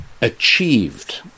achieved